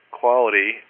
quality